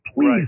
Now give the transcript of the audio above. please